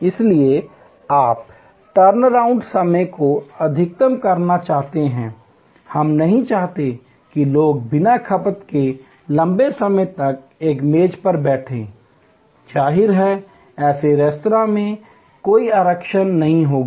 इसलिए आप टर्नअराउंड समय को अधिकतम करना चाहते हैं हम नहीं चाहते कि लोग बिना खपत के लंबे समय तक एक मेज पर बैठें जाहिर है ऐसे रेस्तरां में कोई आरक्षण नहीं होगा